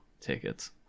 tickets